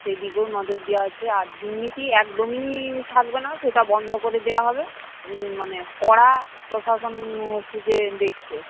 সেই দিকেও নজর দেওয়া হচ্ছে আর দুর্নীতি একদমই থাকবে না সেটা বন্ধ করে দেওয়া হবে মানে কড়া প্রশাসন হচ্ছে যে দেখছে